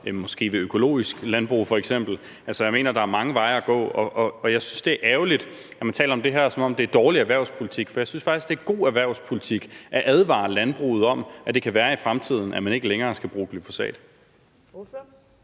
måske ved økologisk landbrug. Jeg mener, der er mange veje at gå, og jeg synes, det er ærgerligt, at man taler om det her, som om det er dårlig erhvervspolitik, for jeg synes faktisk, det er god erhvervspolitik at advare landbruget om, at det kan være, at man i fremtiden ikke længere skal bruge glyfosat. Kl.